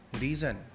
Reason